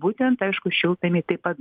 būtent aišku šiltnamy taip pat